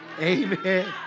Amen